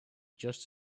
just